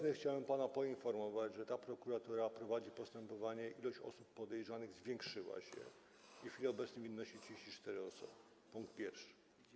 Teraz chciałem pana poinformować, że ta prokuratura prowadzi postępowanie, ilość osób podejrzanych zwiększyła się i w chwili obecnej wynosi 34 - punkt pierwszy.